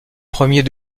premiers